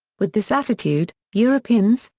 with this attitude, europeans,